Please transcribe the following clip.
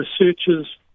researchers